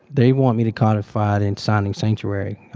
they want me to codify it in signing sanctuary.